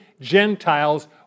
Gentiles